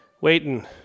waiting